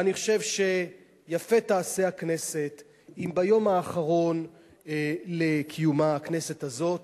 אני חושב שיפה תעשה הכנסת אם ביום האחרון לקיומה הכנסת הזאת